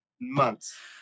months